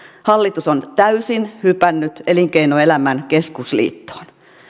hallitus on täysin hypännyt elinkeinoelämän keskusliittoon